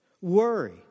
Worry